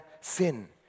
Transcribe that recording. Sin